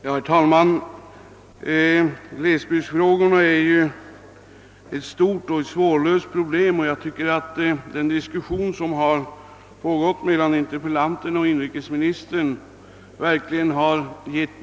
Herr talman! Glesbygdsproblemen är stora och svårlösta, och jag tycker att den diskussion som förts mellan interpellanterna och inrikesministern givit belägg för detta.